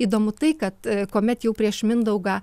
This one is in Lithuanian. įdomu tai kad kuomet jau prieš mindaugą